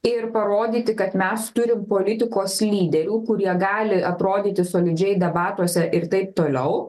ir parodyti kad mes turim politikos lyderių kurie gali atrodyti solidžiai debatuose ir taip toliau